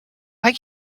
why